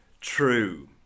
true